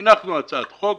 הנחנו הצעת חוק.